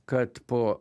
kad po